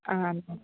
ആ